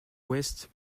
ouest